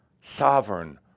sovereign